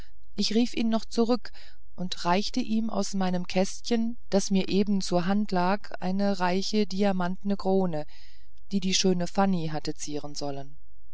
ich rief ihn noch zurück und reichte ihm aus meinem kästchen das mir eben zur hand lag eine reiche diamantene krone die die schöne fanny hatte zieren sollen